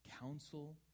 counsel